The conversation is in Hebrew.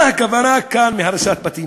מה הכוונה כאן בהריסת בתים?